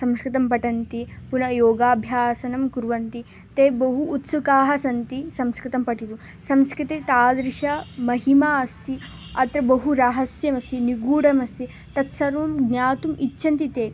संस्कृतं पठन्ति पुनः योगाभ्यासनं कुर्वन्ति ते बहु उत्सुकाः सन्ति संस्कृतं पठितुं संस्कृते तादृशी महिमा अस्ति अत्र बहु रहस्यमस्ति निगूढमस्ति तत् सर्वं ज्ञातुम् इच्छन्ति ते